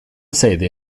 sede